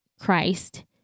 Christ